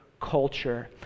culture